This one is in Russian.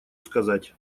сказать